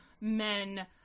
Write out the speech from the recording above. men